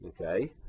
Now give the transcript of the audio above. Okay